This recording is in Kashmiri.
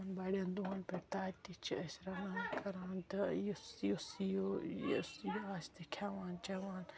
بَڈٮ۪ن دۄہَن پٮ۪ٹھ تہٕ اتہِ چھِ أسۍ رَنان کَران تہِ یُس یُس یُس یہِ آسہِ تہِ کھٮ۪وان چٮ۪وان